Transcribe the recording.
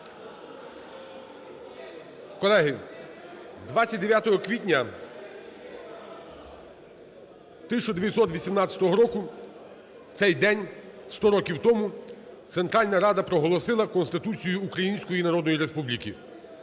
Колеги, 29 квітня 1918 року, в цей день 100 років тому Центральна Рада проголосила Конституцію Української Народної Республіки.